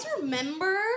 remember